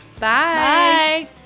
Bye